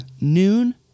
noon